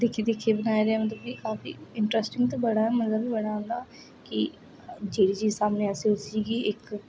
दिक्खी दिक्खी बनाए दे इटरस्टिंग ते बड़ा ऐ मगर मजा बी बड़ा औंदा कि जेहड़ी चीज सामने अस उसी गी इक